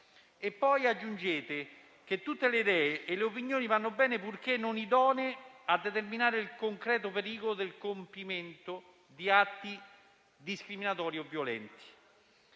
Poi aggiungete che tutte le idee e le opinioni vanno bene, purché non idonee a determinare il concreto pericolo del compimento di atti discriminatori o violenti.